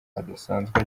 adasanzwe